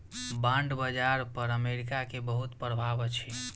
bond बाजार पर America के बहुत प्रभाव अछि